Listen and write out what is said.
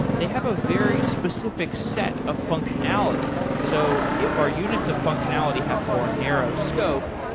they have a very specific set of functionality. so if our units of functionality have more narrow scope,